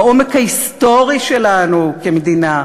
העומק ההיסטורי שלנו כמדינה,